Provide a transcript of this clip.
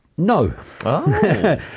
No